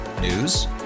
News